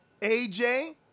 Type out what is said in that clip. AJ